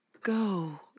go